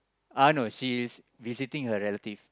uh no she is visiting a relative